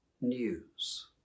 news